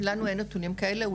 לנו אין נתונים כאלה.